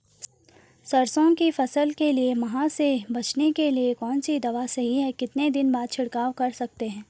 सरसों की फसल के लिए माह से बचने के लिए कौन सी दवा सही है कितने दिन बाद छिड़काव कर सकते हैं?